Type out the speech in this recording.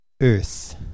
earth